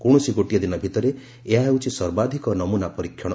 କୌଣସି ଗୋଟିଏ ଦିନ ମଧ୍ୟରେ ଏହା ହେଉଛି ସର୍ବାଧିକ ନମ୍ନା ପରୀକ୍ଷଣ